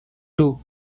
two